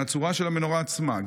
מהצורה של המנורה עצמה.